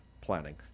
planning